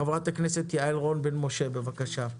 חברת הכנסת יעל רון בן משה, בבקשה.